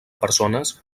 persones